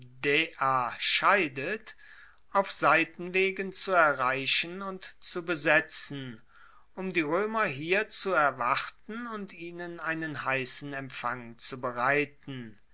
scheidet auf seitenwegen zu erreichen und zu besetzen um die roemer hier zu erwarten und ihnen einen heissen empfang zu bereiten